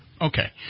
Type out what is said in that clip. Okay